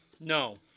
no